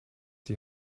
die